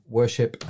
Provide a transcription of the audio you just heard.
worship